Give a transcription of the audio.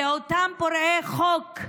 אלה אותם פורעי חוק,